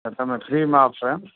પણ તમે ફ્રીમાં આપશો એમ